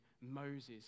Moses